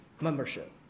membership